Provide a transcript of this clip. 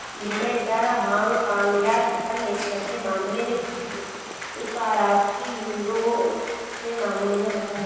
विनिमय दर हांगकांग या सुपर नेशनल के मामले में उपराष्ट्रीय यूरो के मामले में होता है